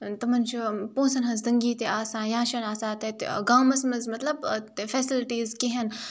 تِمَن چھُ پونٛسَن ہنٛز تٔنگی تہِ آسان یا چھِنہٕ آسان تَتہِ گامَس منٛز مطلب فیسَلٹیٖز کِہیٖنۍ